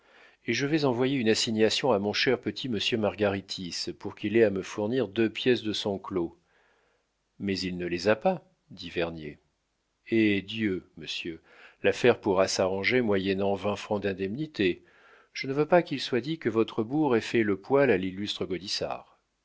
eh je vais envoyer une assignation à mon cher petit monsieur margaritis pour qu'il ait à me fournir deux pièces de son clos mais il ne les a pas dit vernier hé bien monsieur l'affaire pourra s'arranger moyennant vingt francs d'indemnité je ne veux pas qu'il soit dit que votre bourg ait fait le poil à l'illustre